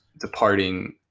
departing